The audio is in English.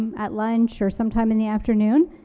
at lunch or sometime in the afternoon,